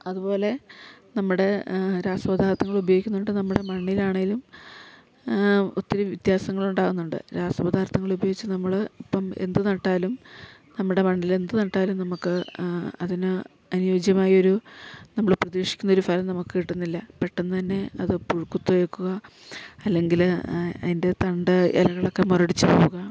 അതുപോലെ നമ്മുടെ രാസപദാർത്ഥങ്ങളുപയോഗിക്കുന്നത് കൊണ്ട് നമ്മുടെ മണ്ണിലാണേലും ഒത്തിരി വ്യത്യാസങ്ങളുണ്ടാകുന്നുണ്ട് രാസപദാർത്ഥങ്ങളുപയോഗിച്ച് നമ്മള് ഇപ്പം എന്ത് നട്ടാലും നമ്മുടെ മണ്ണിലെന്ത് നട്ടാലും നമുക്ക് അതിന് അനുയോജ്യമായൊരു നമ്മള് പ്രതീക്ഷിക്കുന്നൊരു ഫലം നമുക്ക് കിട്ടുന്നില്ല പെട്ടന്ന് തന്നെ അത് പുഴുക്കുത്തേക്കുക അല്ലങ്കില് അതിൻ്റെ തണ്ട് ഇലകളൊക്കെ മുരടിച്ച് പോവുക